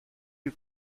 you